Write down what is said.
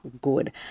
Good